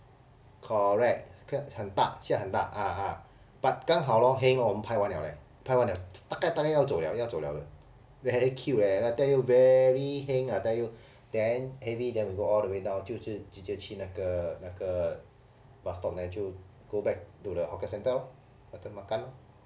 correct 很大下很大 ah ah but 刚好 lor heng lor 我们拍完 liao leh 拍完了大概大概要走了要走了了 very cute leh I tell you very heng I tell you damn heavy then we walk all the way down 就是直接去那个那个 bus stop then 就 go back to the hawker centre lor makan lor